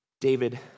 David